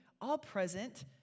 all-present